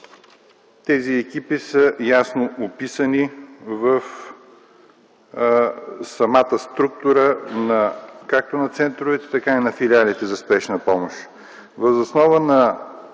Тези екипи са ясно описани в самата структура както на центровете, така и на филиалите за спешна помощ.